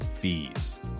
fees